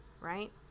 right